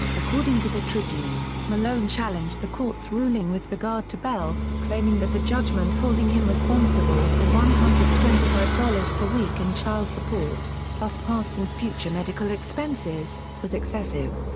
according to the tribune, malone challenged the court's ruling with regard to bell, claiming that the judgment holding him responsible for one hundred and twenty five dollars per week in child support, plus past and future medical expenses, was excessive.